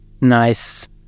Nice